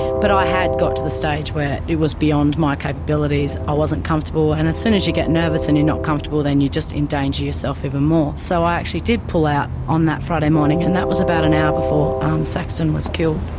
but i had got to the stage where it was beyond my capabilities. i wasn't comfortable. and as soon as you get nervous and you're not comfortable, then you just endanger yourself even more. so i actually did pull out on that friday morning, and that was about an hour before saxon was killed.